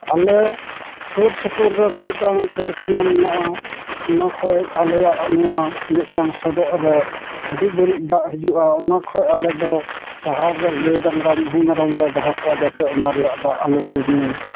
ᱟᱞᱮ ᱥᱩᱨ ᱥᱩᱯᱩᱨ ᱨᱮ ᱢᱤᱫᱴᱟᱝ ᱠᱟᱹᱨᱠᱷᱟᱱᱟ ᱢᱮᱱᱟᱜᱼᱟ ᱚᱱᱟ ᱠᱷᱚᱡ ᱟᱞᱮᱭᱟᱜ ᱱᱚᱣᱟ ᱢᱮᱫᱴᱟᱝ ᱥᱚᱰᱚᱜ ᱨᱮ ᱟᱹᱰᱤ ᱵᱟᱹᱲᱤᱡ ᱫᱟᱜ ᱦᱤᱡᱩᱜᱼᱟ ᱚᱱᱟ ᱠᱷᱚᱡ ᱟᱞᱮ ᱫᱚ ᱥᱟᱦᱟᱨᱮ ᱜᱟᱹᱭ ᱰᱟᱝᱨᱟ ᱢᱤᱦᱩ ᱢᱮᱨᱚᱢ ᱞᱮ ᱫᱚᱦᱚ ᱠᱚᱣᱟ ᱡᱟᱛᱮ ᱚᱱᱟᱨᱮᱭᱟᱜ ᱫᱟᱜ ᱟᱞᱚ ᱠᱚ ᱧᱩᱭ